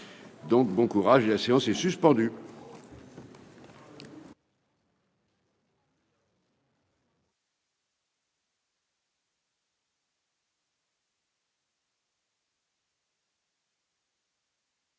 Donc bon courage il a séance est suspendue.